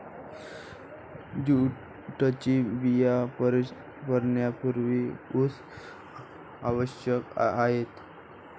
जूटचे बिया पेरण्यापूर्वी पाऊस आवश्यक असते